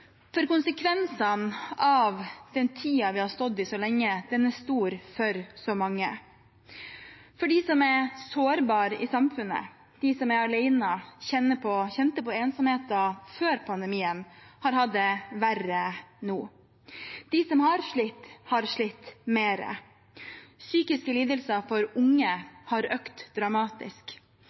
Konsekvensene av den tiden vi har stått i så lenge, er store for så mange. De som er sårbare i samfunnet, de som er alene, som kjente på ensomheten før pandemien, har det verre nå. De som har slitt, har slitt mer. Psykiske lidelser for unge har økt dramatisk.